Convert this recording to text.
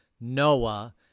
Noah